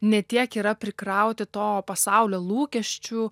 ne tiek yra prikrauti to pasaulio lūkesčių